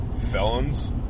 felons